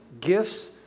gifts